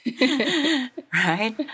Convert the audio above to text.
right